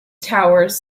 towers